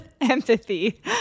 Empathy